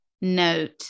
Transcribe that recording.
note